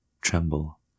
tremble